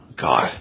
God